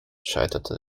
scheiterte